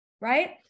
right